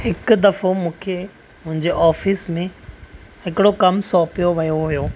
हिकु दफ़ो मुखे मुंहिंजे ऑफिस में हिकिड़ो कमु सौपियो वियो हुओ